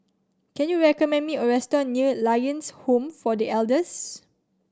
can you recommend me a restaurant near Lions Home for The Elders